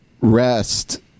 rest